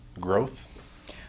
growth